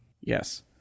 Yes